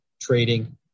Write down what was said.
trading